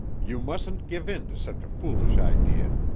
you mustn't give in to such a foolish idea.